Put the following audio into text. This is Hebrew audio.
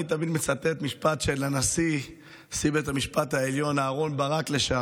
אני תמיד מצטט משפט של נשיא בית המשפט העליון לשעבר